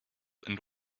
and